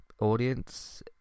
audience